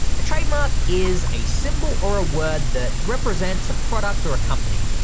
a trademark is a symbol or a word that represents a product or a company.